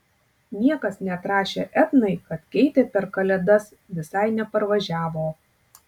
niekas neatrašė etnai kad keitė per kalėdas visai neparvažiavo